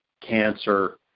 cancer